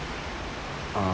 uh